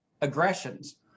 aggressions